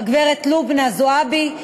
הגברת לובנה זועבי,